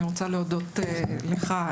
אני רוצה להודות לך,